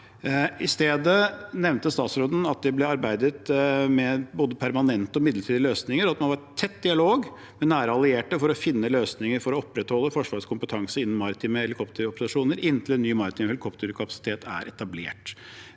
statsråden at det ble arbeidet med både permanente og midlertidige løsninger, og at man har tett dialog med nære allierte for å finne løsninger for å opprettholde forsvarskompetanse innen maritime helikopteroperasjoner inntil en ny maritim helikopterkapasitet er etablert.